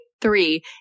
Three